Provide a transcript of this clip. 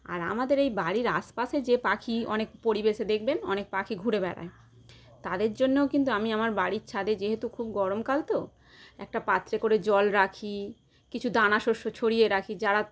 আর আমাদের এই বাড়ির আশেপাশে যে পাখি অনেক পরিবেশে দেখবেন অনেক পাখি ঘুরে বেরায় তাদের জন্যেও কিন্তু আমি আমার বাড়ির ছাদে যেহেতু খুব গরমকাল তো একটা পাত্রে করে জল রাখি কিছু দানা শস্য ছড়িয়ে রাখি যারা